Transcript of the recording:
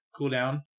cooldown